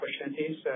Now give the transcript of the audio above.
opportunities